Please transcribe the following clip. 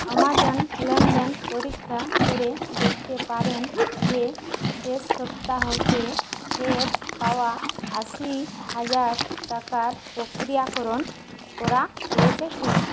Amazon লেনদেন পরীক্ষা করে দেখতে পারেন যে শেষ সপ্তাহতে ফেরত পাওয়া আশি হাজার টাকার প্রক্রিয়াকরণ করা হয়েছে কিনা